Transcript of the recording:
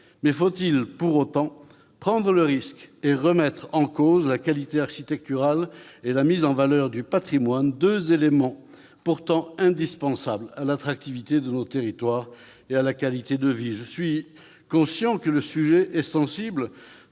Faut-il pour autant prendre le risque de remettre en cause la qualité architecturale et la mise en valeur du patrimoine, deux éléments pourtant indispensables à l'attractivité de nos territoires et à la qualité de vie ?